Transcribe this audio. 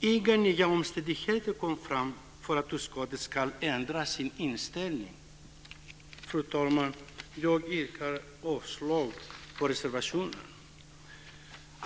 Inga nya omständigheter har framkommit för att utskottet ska ändra sin inställning. Fru talman! Jag yrkar avslag på reservation 1.